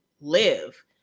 live